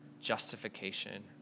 justification